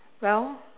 well